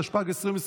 התשפ"ג 2023,